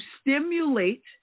stimulate